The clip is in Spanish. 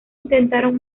intentaron